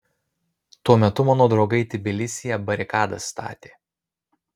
tuo metu mano draugai tbilisyje barikadas statė